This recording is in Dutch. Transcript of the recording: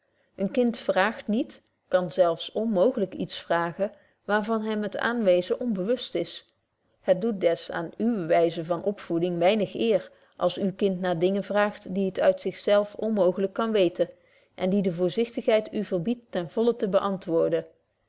een kind vraagt niet kan zelf onmooglyk iets vragen waar van hem het aanwezen onbewust is het doet des aan uwe wyze van opvoeden weinig eer als uw kind naar dingen vraagt die het uit zich zelf onmooglyk kan weten en die de voorzichtigheid u verbiedt ten vollen te beantwoorden